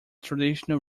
traditional